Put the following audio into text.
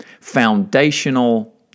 foundational